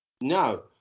No